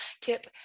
tip